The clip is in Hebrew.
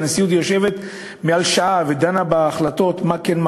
והנשיאות יושבת יותר משעה ודנה בהחלטות מה כן,